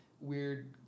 weird